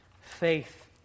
faith